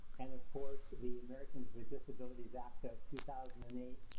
and of course the americans with disabilities act of two thousand and eight,